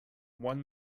one